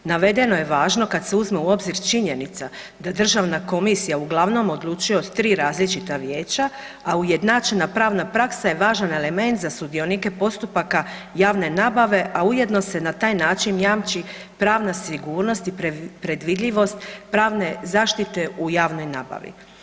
Navedeno je važno kad se uzme u obzir činjenica da Državna komisija uglavnom odlučuje o 3 različita vijeća a ujednačena pravna praksa je važan element za sudionike postupaka javne nabave a ujedno se na taj način jamči pravna sigurnost i predvidljivost pravne zaštite u javnoj nabavi.